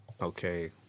Okay